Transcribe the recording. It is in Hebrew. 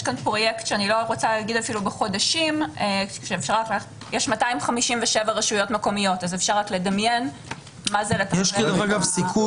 יש פה פרויקט - יש 257 רשויות מקומיות אז אפשר רק לדמיין- -- יש סיכוי